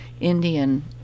Indian